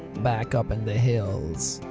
back up in the hills.